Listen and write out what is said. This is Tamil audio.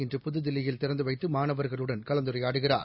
இன்று புதுதில்லியில் திறந்துவைத்து மாணவர்களுடன் கலந்துரையாடுகிறார்